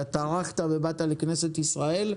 אתה טרחת ובאת לכנסת ישראל,